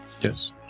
Yes